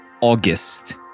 August